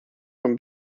from